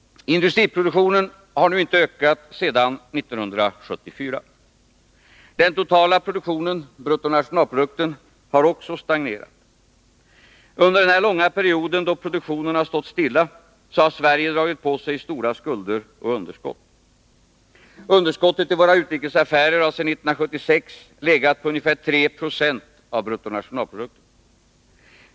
Industriproduktionen har inte ökat sedan 1974. Den totala produktionen, BNP, har också stagnerat. Under den här långa perioden, då produktionen stått stilla, har Sverige dragit på sig stora skulder och underskott. Underskottet i våra utrikes affärer har sedan 1976 legat på ungefär 3 26 av bruttonationalprodukten.